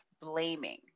blaming